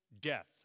death